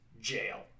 jail